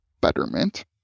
betterment